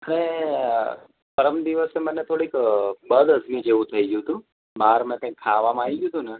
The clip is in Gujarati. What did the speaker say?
હવે પરમ દિવસે મને થોડીક બદહજમી જેવું થઇ ગયું હતું બહાર મેં કંઈક ખાવામાં આવી ગયું હતું ને